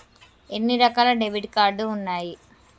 ఎన్ని రకాల debit card ఉన్నాయి?